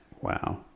Wow